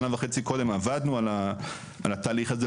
שנה וחצי קודם עבדנו על התהליך הזה,